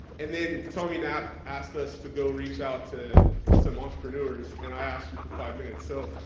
and then tony knapp asked us to go reach out to some entrepreneurs and i asked you for five minutes so,